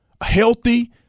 healthy